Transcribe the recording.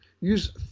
use